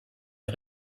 est